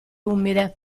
umide